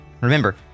remember